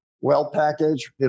well-packaged